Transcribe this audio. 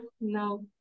no